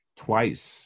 twice